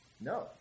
No